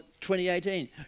2018